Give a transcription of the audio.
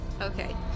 Okay